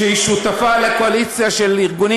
שהיא שותפה לקואליציה של ארגונים